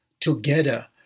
Together